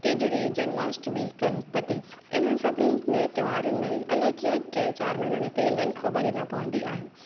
टीजड़ी जन्माष्टमी गणपति इन्हनि सभिनीनि में त्योहारनि में अलाइ कीअं टे चारि महिना निकिरी वेंदा आहिनि ख़बर ई न पवंदी आहे